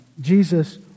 Jesus